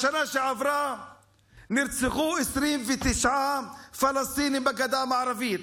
בשנה שעברה נרצחו 29 פלסטינים בגדה המערבית.